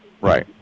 right